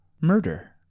murder